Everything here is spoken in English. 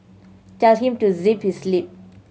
tell him to zip his lip